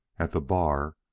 at the bar,